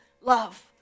love